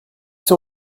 son